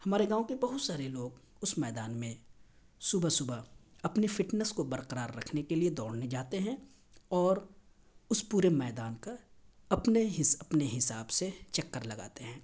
ہمارے گاؤں کے بہت سارے لوگ اس میدان میں صبح صبح اپنے فٹنس کو برقرار رکھنے کے لیے دوڑنے جاتے ہیں اور اس پورے میدان کا اپنے حساب سے چکر لگاتے ہیں